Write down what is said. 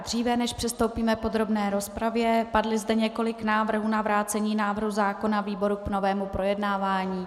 Dříve než přistoupíme k podrobné rozpravě, padlo zde několik návrhů na vrácení návrhu zákona výboru k novému projednávání.